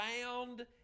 found